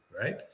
right